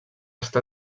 està